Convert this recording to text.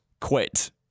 quit